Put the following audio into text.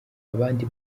abandi